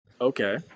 Okay